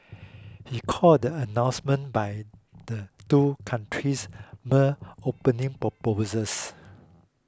he called the announcements by the two countries mere opening proposals